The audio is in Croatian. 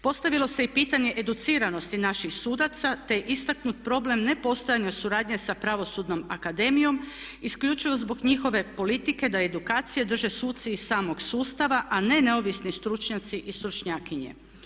Postavilo se i pitanje educiranosti naših sudaca, te istaknut problem ne postojanja suradnje sa Pravosudnom akademijom isključivo zbog njihove politike da edukacije drže suci iz samog sustava a ne neovisni stručnjaci i stručnjakinje.